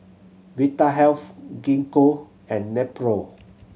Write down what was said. Vitahealth Gingko and Nepro